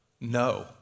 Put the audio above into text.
No